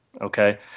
okay